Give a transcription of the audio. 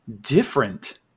different